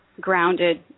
grounded